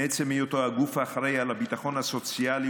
מעצם היותו הגוף האחראי לביטחון הסוציאלי